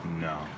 No